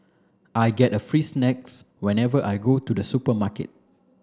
I get a free snacks whenever I go to the supermarket